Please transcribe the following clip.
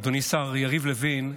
אדוני השר יריב לוין,